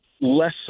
less